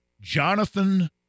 Jonathan